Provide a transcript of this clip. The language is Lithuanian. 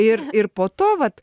ir ir po to vat